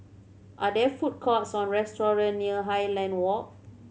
are there food courts or restaurant near Highland Walk